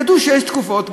ידעו שיש תקופות.